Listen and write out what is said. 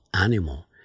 animal